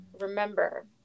remember